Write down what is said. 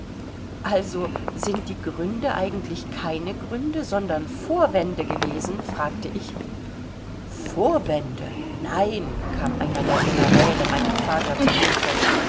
also sind die gründe eigentlich keine gründe sondern vorwände gewesen fragte ich vorwände nein kam einer der generäle meinem vater zu hilfe